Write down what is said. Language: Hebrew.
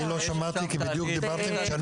לא שמעתי כי בדיוק דיברתם כשאני